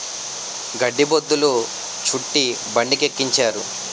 గడ్డి బొద్ధులు చుట్టి బండికెక్కించారు